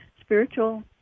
spiritual